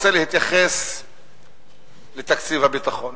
רוצה להתייחס לתקציב הביטחון.